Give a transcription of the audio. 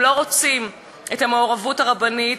הם לא רוצים את המעורבות הרבנית,